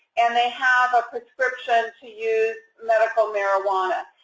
and they have a prescription to use medical marijuana.